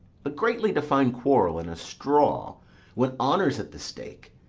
but greatly to find quarrel in a straw when honour's at the stake.